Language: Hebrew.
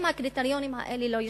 אם הקריטריונים האלה לא ישתנו.